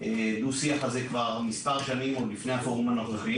דו השיח הזה מספר שנים, עוד לפני הפורום הנוכחי.